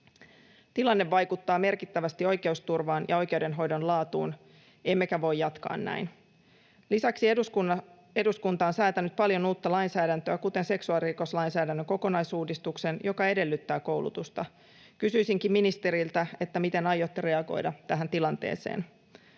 Tilanne vaikuttaa merkittävästi oikeusturvaan ja oikeudenhoidon laatuun, emmekä voi jatkaa näin. Lisäksi eduskunta on säätänyt paljon uutta lainsäädäntöä, kuten seksuaalirikoslainsäädännön kokonaisuudistuksen, joka edellyttää koulutusta. Kysyisinkin ministeriltä, miten aiotte reagoida tähän tilanteeseen.